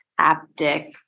haptic